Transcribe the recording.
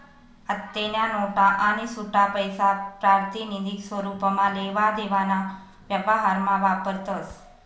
आत्तेन्या नोटा आणि सुट्टापैसा प्रातिनिधिक स्वरुपमा लेवा देवाना व्यवहारमा वापरतस